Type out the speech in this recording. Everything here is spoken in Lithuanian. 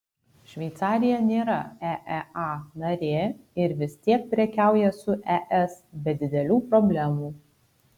šveicarija nėra eea narė ir vis tiek prekiauja su es be didelių problemų